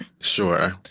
Sure